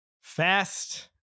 Fast